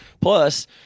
Plus